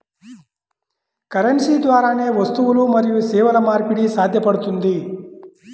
currency ద్వారానే వస్తువులు మరియు సేవల మార్పిడి సాధ్యపడుతుంది